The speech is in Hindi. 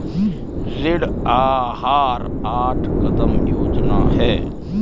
ऋण आहार आठ कदम योजना है